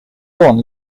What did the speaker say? son